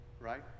right